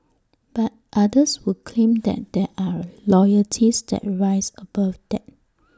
but others would claim that there are loyalties that rise above that